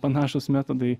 panašūs metodai